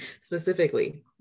specifically